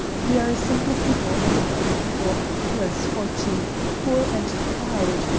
we are a simple people, and a poor people worse fortune poor and proud.